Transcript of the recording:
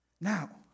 Now